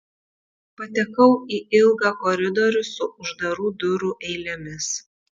patekau į ilgą koridorių su uždarų durų eilėmis